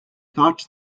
thought